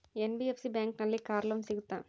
NBFC ಬ್ಯಾಂಕಿನಲ್ಲಿ car loan ಸಿಗುತ್ತಾ?